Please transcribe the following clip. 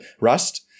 Rust